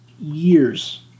years